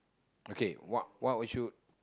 okay what what would you